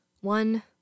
One